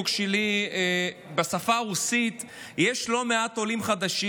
שלי בשפה הרוסית יש לא מעט עולים חדשים,